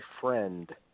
Friend